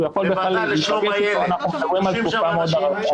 יכול בכלל למשוך אנחנו מדברים על תקופה מאוד ארוכה.